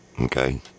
okay